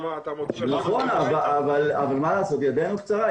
אבל מה לעשות, ידינו קצרה.